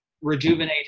rejuvenate